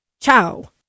ciao